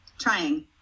trying